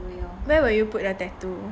where will you put your tattoo